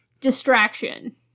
Distraction